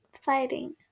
fighting